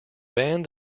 band